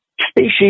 Species